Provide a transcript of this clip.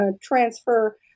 transfer